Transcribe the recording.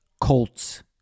Colts